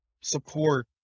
support